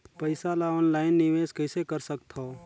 पईसा ल ऑनलाइन निवेश कइसे कर सकथव?